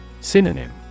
Synonym